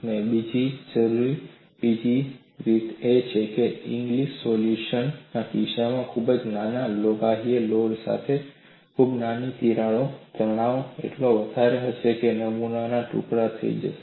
તેને જોવાની બીજી રીત એ છે કે ઇંગ્લીસ સોલ્યુશન ના કિસ્સામાં ખૂબ જ નાના બાહ્ય લોડ સાથે ખૂબ જ નાની તિરાડો તણાવ એટલો વધારે હશે કે નમૂના ટુકડા થઈ જશે